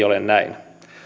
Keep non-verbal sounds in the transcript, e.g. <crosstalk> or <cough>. <unintelligible> ole näin